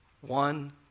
One